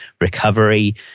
recovery